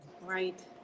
right